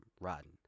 rotten